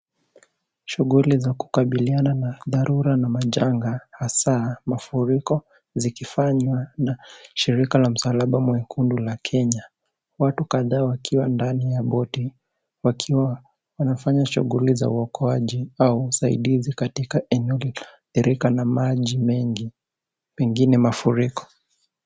Shughuli za kukabiliana dharura na majanga hasa mafuriko zikifanywa na shirika la msalaba mwekundu la Kenya. Watu kadhaa wakiwa ndani ya boti wakiwa wanafanya shughuli za uokoaji au usaidizi katika eneo lililoathirika na maji mengi, pengine mafuriko.